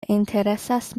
interesas